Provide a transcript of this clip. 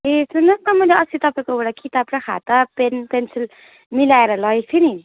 ए सुन्नु होस् न मैले अस्ति तपाईँकोबाट किताब र खाता पेन पेन्सिल मिलाएर लगेको थिएँ नि